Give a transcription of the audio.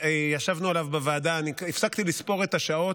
באמת, ישבנו עליו בוועדה, הפסקתי לספור את השעות,